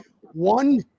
One